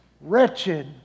Wretched